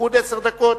לליכוד עשר דקות,